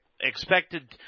expected